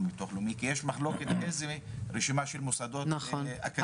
ביטוח לאומי כי יש מחלוקת איזה רשימה של מוסדות הם אקדמיים.